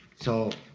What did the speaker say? so,